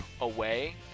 away